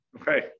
Okay